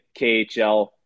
khl